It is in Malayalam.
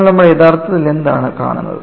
എന്നാൽ നമ്മൾ യഥാർത്ഥത്തിൽ എന്താണ് കാണുന്നത്